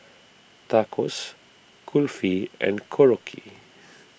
Tacos Kulfi and Korokke